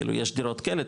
כאילו יש דירות קלט,